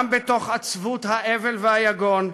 גם בתוך עצבות האבל והיגון,